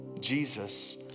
Jesus